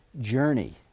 journey